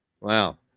Wow